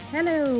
Hello